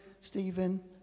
Stephen